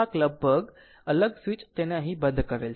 તેથી આ ભાગ અલગ સ્વીચ તેને અહીં બંધ કરેલ છે